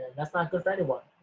that's not good for anyone